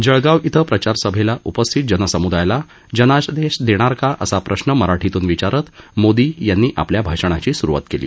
जळगाव इथं प्रचारसभेला उपस्थित जनसम्दायाला जनादेश देणार का असा प्रश्न मराठीतून विचारत मोदी यांनी आपल्या भाषणाची सुरुवात केली